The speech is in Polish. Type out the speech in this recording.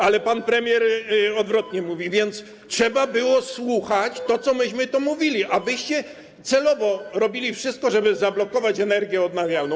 Ale pan premier mówi odwrotnie, więc trzeba było słuchać tego, co myśmy tu mówili, a wyście celowo robili wszystko, żeby zablokować energię odnawialną.